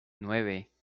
nueve